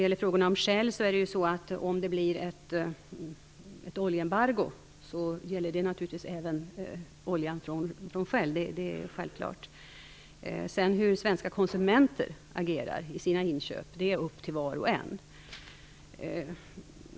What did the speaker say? Blir det ett oljeembargo gäller det naturligtvis även oljan från Shell - det är självklart. Hur svenska konsumenter sedan agerar i sina inköp är upp till var och en.